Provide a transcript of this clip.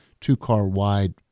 two-car-wide